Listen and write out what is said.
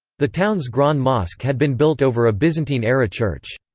the town's grand mosque had been built over a byzantine-era church.